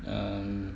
um